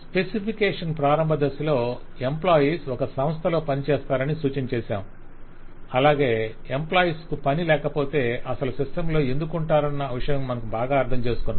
specification ప్రారంభ దశలో employees ఒక సంస్థలో పనిచేస్తారని సూచన చేశాం అలాగే ఎంప్లాయూస్ కు పనిలేకపోతే అసలు సంస్థలో ఎందుకువటారన్న విషయం మనం బాగా అర్థం చేసుకున్నాము